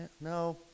no